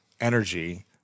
energy